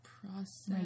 process